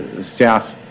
staff